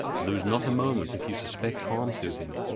lose not a moment if you suspect harm to him.